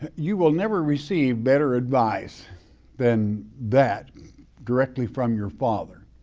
you will never receive better advice than that directly from your father.